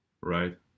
right